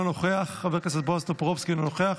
אינה נוכחת, חבר הכנסת אושר שקלים, אינו נוכח,